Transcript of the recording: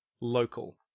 local